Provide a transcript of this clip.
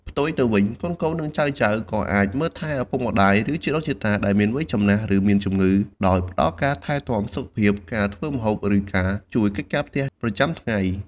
ផ្ទុយទៅវិញ កូនៗ និងចៅៗក៏អាចមើលថែទាំឪពុកម្តាយ ឬជីដូនជីតាដែលមានវ័យចំណាស់ ឬមានជំងឺ ដោយផ្តល់ការថែទាំសុខភាព ការធ្វើម្ហូប ឬការជួយកិច្ចការផ្ទះប្រចាំថ្ងៃ។